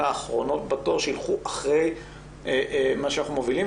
האחרונות בתור שילכו אחרי מה שאנחנו מובילים,